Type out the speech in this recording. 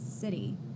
city